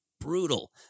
brutal